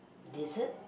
dessert